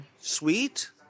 Sweet